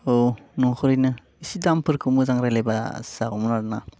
औ न'खरैनो एसे दामफोरखौ मोजां रायलायबा जागौमोन आरो ना